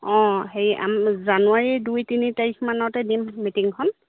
অঁ হে জানুৱাৰী দুই তিনি তাৰিখ মানতে দিম মিটিংখন